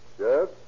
Yes